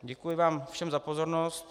Děkuji vám všem za pozornost.